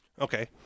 Okay